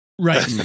Right